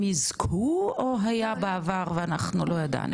הם יזכו, או היה בעבר ואנחנו לא ידענו?